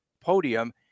podium